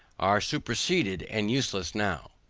are superceded and useless now.